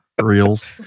Reels